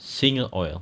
singer oil